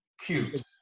Cute